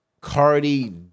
Cardi